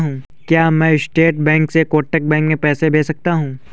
क्या मैं state bank से कोटक बैंक में पैसे भेज सकता हूँ?